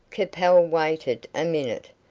capel waited a minute,